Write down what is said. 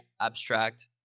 abstract